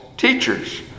Teachers